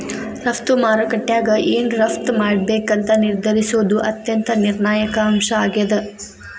ರಫ್ತು ಮಾರುಕಟ್ಯಾಗ ಏನ್ ರಫ್ತ್ ಮಾಡ್ಬೇಕಂತ ನಿರ್ಧರಿಸೋದ್ ಅತ್ಯಂತ ನಿರ್ಣಾಯಕ ಅಂಶ ಆಗೇದ